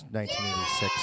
1986